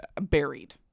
buried